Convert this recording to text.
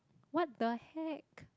what the heck